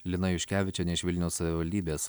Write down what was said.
lina juškevičienė iš vilniaus savivaldybės